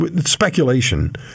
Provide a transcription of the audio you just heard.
speculation